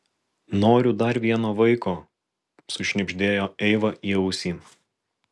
noriu dar vieno vaiko sušnibždėjo eiva į ausį